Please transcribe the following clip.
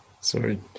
Sorry